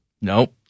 Nope